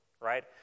right